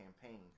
campaign